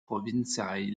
provincaj